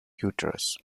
uterus